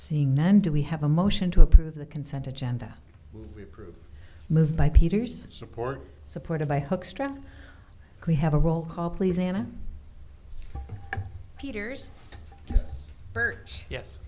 seeing then do we have a motion to approve the consent agenda group moved by peter's support supported by hoekstra we have a roll call please ana peters